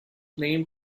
named